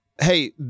Hey